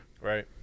Right